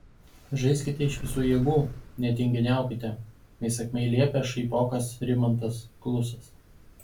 žaiskite iš visų jėgų netinginiaukite įsakmiai liepia šaipokas rimantas klusas